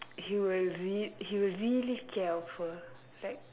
he were really scared of her like